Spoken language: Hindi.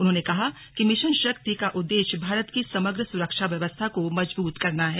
उन्होंने कहा कि मिशन शक्ति का उद्देश्य भारत की समग्र सुरक्षा व्यवस्था को मजबूत करना है